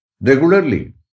regularly